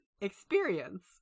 experience